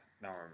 now